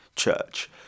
Church